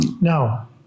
Now